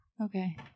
Okay